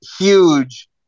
huge